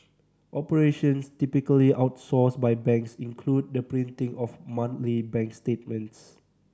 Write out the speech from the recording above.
operations typically outsourced by banks include the printing of monthly bank statements